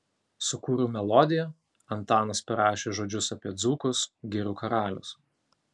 sukūriau melodiją antanas parašė žodžius apie dzūkus girių karalius